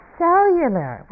cellular